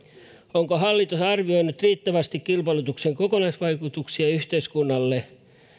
onko hallitus arvioinut riittävästi kilpailutuksen kokonaisvaikutuksia yhteiskunnalle